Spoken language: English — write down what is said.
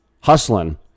hustling